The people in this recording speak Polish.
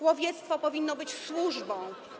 Łowiectwo powinno być służbą.